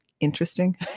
interesting